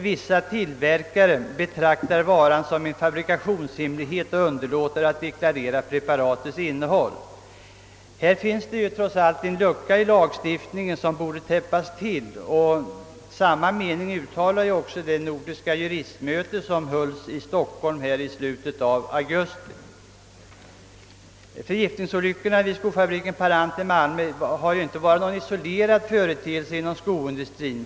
Vissa tillverkare betraktar sammansättningen av sin vara som en fabrikationshemlighet och underlåter att deklarera preparatets innehåll. Härvidlag föreligger en lucka i lagstiftningen som borde täppas till, vilken mening även uttalades av det nordiska juristmötet i Stockholm i slutet av augusti i år. Förgiftningsolyckorna vid skofabriken Parant i Malmö är ingen isolerad företeelse inom skoindustrien.